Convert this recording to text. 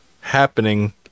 happening